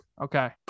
Okay